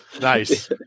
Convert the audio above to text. Nice